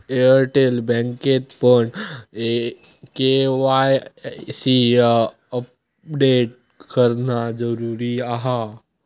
Airtel बँकेतपण KYC update करणा जरुरी हा